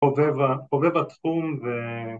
חובב התחום ו...